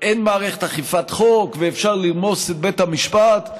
אין מערכת אכיפת חוק ואפשר לרמוס את בית המשפט,